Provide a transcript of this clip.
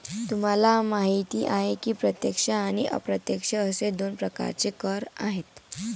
तुम्हाला माहिती आहे की प्रत्यक्ष आणि अप्रत्यक्ष असे दोन प्रकारचे कर आहेत